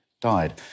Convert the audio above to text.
died